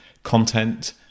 content